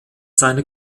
seine